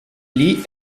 lee